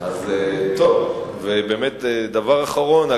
דבר אחרון,